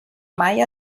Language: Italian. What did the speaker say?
mai